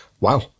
Wow